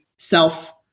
self